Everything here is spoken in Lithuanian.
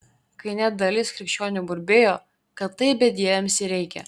kai net dalis krikščionių burbėjo kad taip bedieviams ir reikia